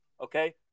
okay